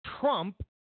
Trump